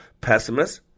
pessimist